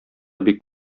бик